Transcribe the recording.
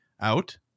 out